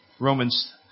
Romans